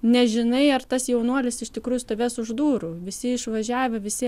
nežinai ar tas jaunuolis iš tikrųjų stovės už durų visi išvažiavę visi